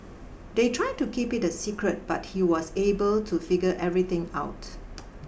they try to keep it a secret but he was able to figure everything out